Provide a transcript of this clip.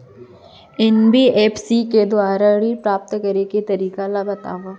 NBFC के दुवारा ऋण प्राप्त करे के तरीका ल बतावव?